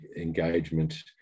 engagement